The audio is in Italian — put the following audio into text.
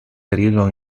periodo